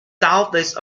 southwest